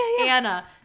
Anna